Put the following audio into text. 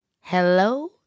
Hello